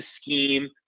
scheme